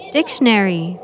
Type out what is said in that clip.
Dictionary